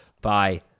bye